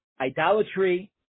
idolatry